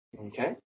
Okay